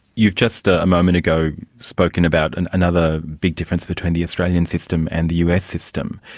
you've just a moment ago spoken about and another big difference between the australian system and the us system.